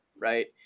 right